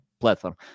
platform